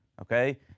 Okay